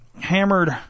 hammered